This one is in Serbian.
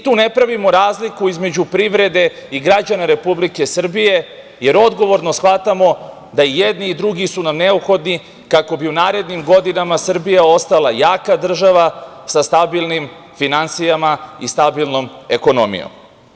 Tu ne pravimo razliku između privrede i građana Republike Srbije, jer odgovorno shvatamo da i jedni i drugi su nam neophodni, kako bi u narednim godinama Srbija ostala jaka država sa stabilnim finansijama i stabilnom ekonomijom.